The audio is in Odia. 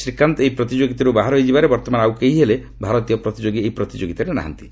ଶ୍ରୀକାନ୍ତ ଏହି ପ୍ରତିଯୋଗିତାରୁ ବାହାର ହୋଇଯିବାରେ ବର୍ତ୍ତମାନ ଆଉ କେହିହେଲେ ଭାରତୀୟ ପ୍ରତିଯୋଗୀ ଏହି ପ୍ରତିଯୋଗିତାରେ ନାହାନ୍ତି